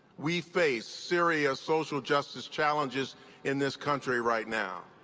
we face serious social justice challenges in this country right now.